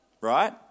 right